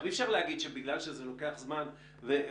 אי אפשר להגיד שבגלל שזה לוקח זמן וזה